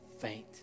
faint